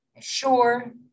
sure